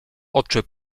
oczy